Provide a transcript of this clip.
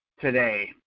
today